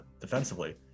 defensively